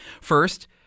First